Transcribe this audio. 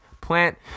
plant